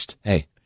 hey